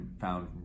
found